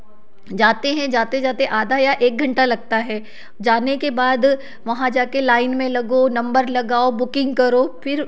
जाते हैं जाते जाते आधा या एक घंटा लगता है जाने के बाद वहाँ जाकर लाइन में लगो नंबर लगाओ बुकिंग करो फिर